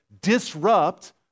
disrupt